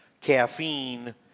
caffeine